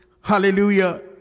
hallelujah